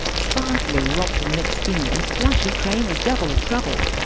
spike lee rocked a knicks beanie and flashy trainers double trouble!